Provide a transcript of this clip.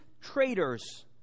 traitors